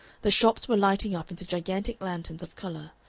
the shops were lighting up into gigantic lanterns of color,